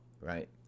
right